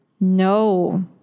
No